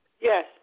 Yes